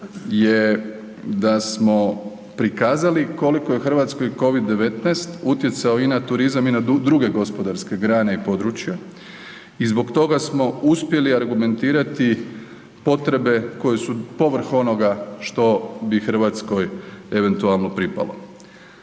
je da smo prikazali koliko je RH Covid-19 utjecao i na turizam i na druge gospodarske grane i područja i zbog toga smo uspjeli argumentirati potrebe koje su povrh onoga što bi RH eventualno pripalo.